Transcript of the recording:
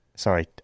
Sorry